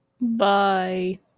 Bye